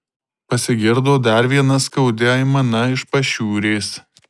pasigirdo dar viena skaudi aimana iš pašiūrės